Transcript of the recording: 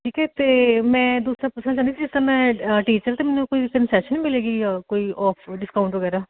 ਠੀਕ ਏ ਅਤੇ ਮੈਂ ਦੂਸਰਾ ਪੁੱਛਣਾ ਚਾਹੁੰਦੀ ਜਿਸ ਤਰ੍ਹਾਂ ਮੈਂ ਟੀਚਰ ਅਤੇ ਮੈਨੂੰ ਕੋਈ ਕਨਸੈਸ਼ਨ ਮਿਲੇਗੀ ਕੋਈ ਔਫ ਡਿਸਕਾਊਂਟ ਵਗੈਰਾ